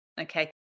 Okay